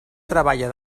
treballa